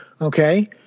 Okay